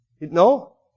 No